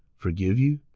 forgive you?